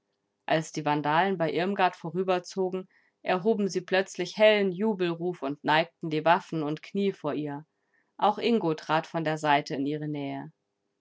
als die vandalen bei irmgard vorüberzogen erhoben sie plötzlich hellen jubelruf und neigten die waffen und knie vor ihr auch ingo trat von der seite in ihre nähe